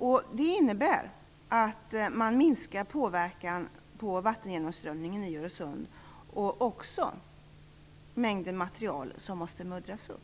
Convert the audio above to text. ö. Det innebär att man minskar påverkan på vattengenomströmningen i Öresund liksom också mängden av material som måste muddras upp.